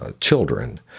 children